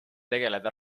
tegeleda